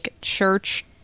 church